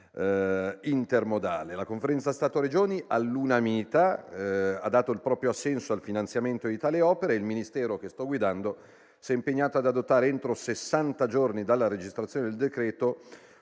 intermodali. La Conferenza Stato-Regioni all'unanimità ha dato il proprio assenso al finanziamento di tale opera e il Ministero che sto guidando si è impegnato ad adottare, entro sessanta giorni dalla registrazione del decreto,